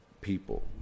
people